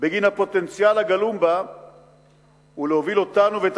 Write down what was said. בגין הפוטנציאל הגלום בה ולהוביל אותנו ואת